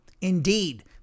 Indeed